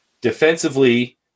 Defensively